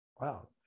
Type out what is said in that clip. Wow